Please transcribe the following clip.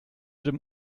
dem